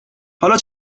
حالا